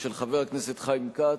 של חבר הכנסת חיים כץ,